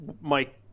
mike